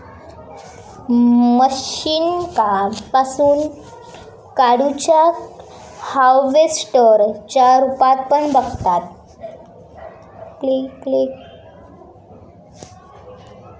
मशीनका कापूस काढुच्या हार्वेस्टर च्या रुपात पण बघतत